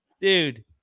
dude